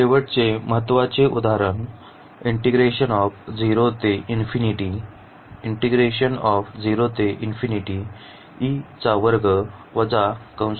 शेवटचे महत्वाचे उदाहरण